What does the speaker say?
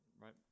right